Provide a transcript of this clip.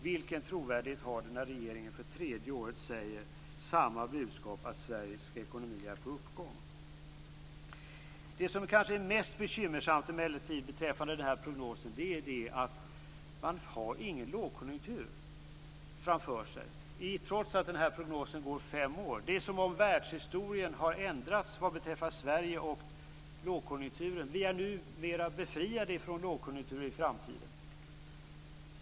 Vilken trovärdighet har denna regering när regeringen för tredje året i rad ger samma budskap, dvs. att Sveriges ekonomi är på uppgång? Det som är mest bekymmersamt beträffande prognosen är att man har ingen lågkonjunktur framför sig - trots att prognosen skall gälla fem år. Det är som om världshistorien har ändrats beträffande Sverige och lågkonjunkturen. Vi är numera befriade från lågkonjunkturer i framtiden.